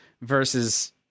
versus